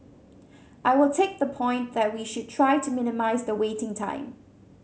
I will take the point that we should try to minimise the waiting time